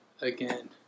again